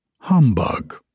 Humbug